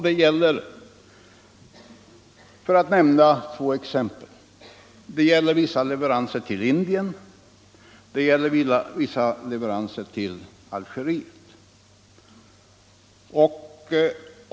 Det gäller, för att nämna två exempel, vissa leveranser till Indien och vissa leveranser till Algeriet.